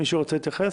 מישהו רוצה להתייחס?